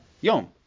Yom